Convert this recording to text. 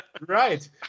right